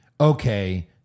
Okay